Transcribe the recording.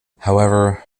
however